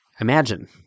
imagine